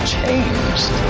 changed